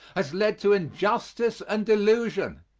has led to injustice and delusion.